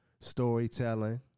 storytelling